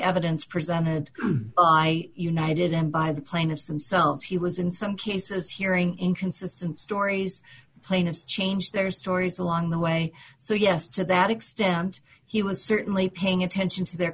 evidence presented by united and by the plaintiffs themselves he was in some cases hearing inconsistent stories plaintiffs change their stories along the way so yes to that extent he was certainly paying attention to their